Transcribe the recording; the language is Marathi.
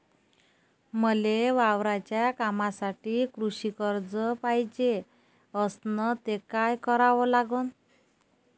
मले वावराच्या कामासाठी कृषी कर्ज पायजे असनं त काय कराव लागन?